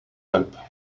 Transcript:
alpes